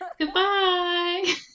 Goodbye